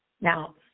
Now